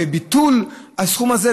בביטול הסכום הזה,